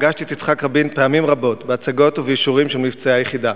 פגשתי את יצחק רבין פעמים רבות בהצגות ובאישורים של מבצעי היחידה.